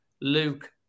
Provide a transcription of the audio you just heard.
Luke